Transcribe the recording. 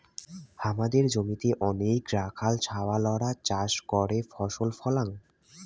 হামাদের জমিতে অনেইক রাখাল ছাওয়ালরা চাষ করে ফসল ফলাং